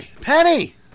Penny